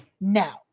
now